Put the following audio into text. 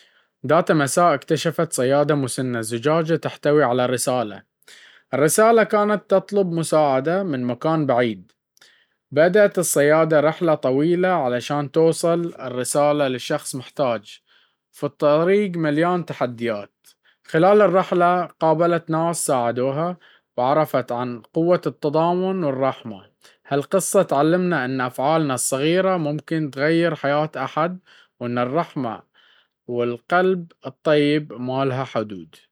ذات مساء، اكتشفت صيادة مسنة زجاجة تحتوي على رسالة. الرسالة كانت تطلب مساعدة من مكان بعيد. بدأت الصيادة رحلة طويلة عشان توصل الرسالة لشخص محتاج، في طريق مليان تحديات. خلال الرحلة، قابلت ناس ساعدوها، وعرفت عن قوة التضامن والرحمة. هالقصة تعلمنا إن أفعالنا الصغيرة ممكن تغير حياة أحد، وإن الرحمة والقلب الطيب ما لها حدود.